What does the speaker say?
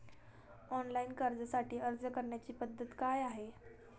Online कर्जासाठी अर्ज करण्याची पद्धत काय आहे?